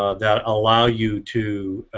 ah that allow you to